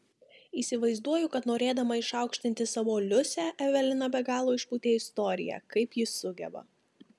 įsivaizduoju kad norėdama išaukštinti savo liusę evelina be galo išpūtė istoriją kaip ji sugeba